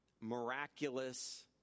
miraculous